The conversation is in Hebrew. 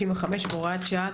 55 והוראות שעה),